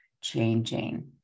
changing